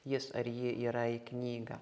jis ar ji yra į knygą